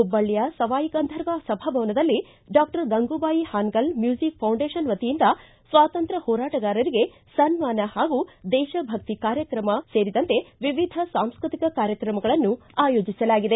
ಹುಬ್ಬಳ್ಳಿಯ ಸವಾಯಿ ಗಂಧರ್ವ ಸಭಾಭವನದಲ್ಲಿ doctor Gangubai Hangal music foundation ವತಿಯಿಂದ ಸ್ವಾತಂತ್ರ್ಯ ಹೋರಾಟಗಾರರಿಗೆ ಸನ್ಮಾನ ಹಾಗೂ ದೇಶಭಕ್ತಿ ಕಾರ್ಯಕ್ರಮ ಸೇರಿದಂತೆ ವಿವಿಧ ಸಾಂಸ್ಟೃತಿಕ ಕಾರ್ಯಕ್ರಮಗಳನ್ನು ಆಯೋಜಿಸಲಾಗಿದೆ